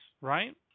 right